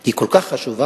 היא כל כך חשובה,